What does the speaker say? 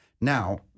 Now